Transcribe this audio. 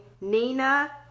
Nina